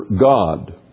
God